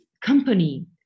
company